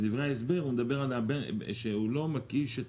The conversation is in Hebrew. הוא מדבר על כך שהוא לא מקיש את